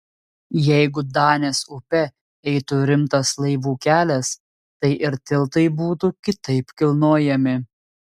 jeigu danės upe eitų rimtas laivų kelias tai ir tiltai būtų kitaip kilnojami